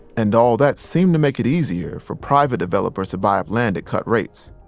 and all that seemed to make it easier for private developers to buy up land at cut rates